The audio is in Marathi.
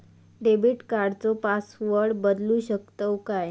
डेबिट कार्डचो पासवर्ड बदलु शकतव काय?